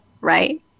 right